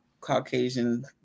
Caucasian